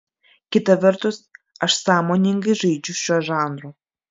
kita vertus aš sąmoningai žaidžiu šiuo žanru